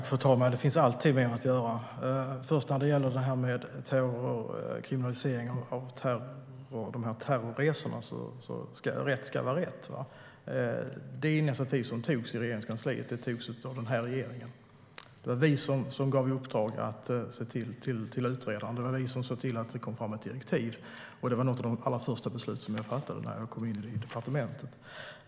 Fru talman! Det finns alltid mer att göra. När det gäller kriminalisering av terrorresor ska rätt vara rätt: Det initiativet togs inte i Regeringskansliet. Det togs av den här regeringen. Det var vi som gav uppdraget till utredaren. Det var vi som såg till att det kom ett direktiv. Det var ett av de allra första beslut jag fattade när jag kom till departementet.